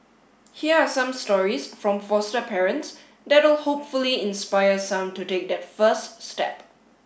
here are some stories from foster parents that will hopefully inspire some to take that first step